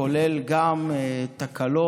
כולל גם תקלות,